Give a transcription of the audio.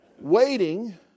Waiting